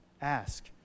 ask